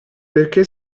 perché